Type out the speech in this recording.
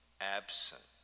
absent